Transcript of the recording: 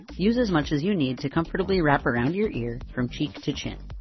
use as much as you need to comfortably wrap around your ear, from cheek to chin.